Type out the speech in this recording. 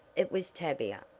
it was tavia.